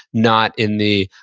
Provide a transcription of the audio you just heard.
not in the,